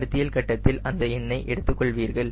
கருத்தியல் கட்டத்தில் அந்த எண்ணை எடுத்துக் கொள்வீர்கள்